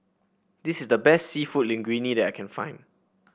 this is the best seafood Linguine that I can find